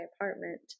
apartment